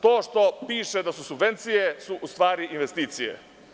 To što piše da su subvencije su u stvari investicije.